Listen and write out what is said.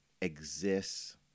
exists